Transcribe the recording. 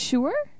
Sure